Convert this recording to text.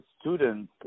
students